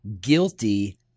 guilty